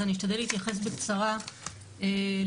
אז אני אשתדל להתייחס בקצרה לכולן.